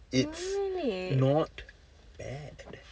it's not bad